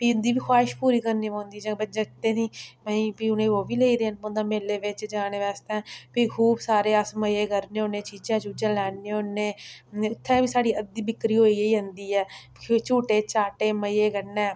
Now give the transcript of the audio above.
फ्ही इं'दी बी ख्वाहिश पूरी करनी पौंदी जागतें दी फ्ही उनें गी ओह् बी लेई देन पौंदा मेले बिच्च जाने बास्तै फ्ही खूब सारे अस मज़े करने होन्ने चीज़ा चुज़ां लैन्ने होन्नें उत्थें बी साढ़ी अद्धी बिक्री होई गै जंदी ऐ फ्ही झूटे झाटे मज़े कन्नै